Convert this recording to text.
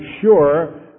sure